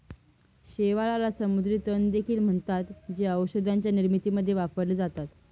शेवाळाला समुद्री तण देखील म्हणतात, जे औषधांच्या निर्मितीमध्ये वापरले जातात